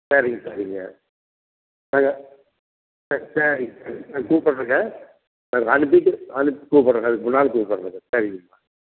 சரிங்க சரிங்க நாங்கள் ஆ சரிங்க கூப்புடுறேங்க நாலு அதுக்கு கூப்புடுறங்க அதுக்கு முன் நாள் கூப்புடுறங்க சரிங்க அம்மா